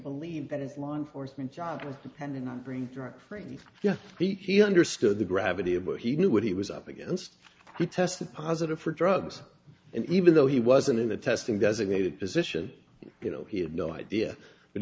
believe that his law enforcement job was pending and bring drug free yes he understood the gravity of what he knew what he was up against he tested positive for drugs and even though he wasn't in the testing designated position you know he had no idea but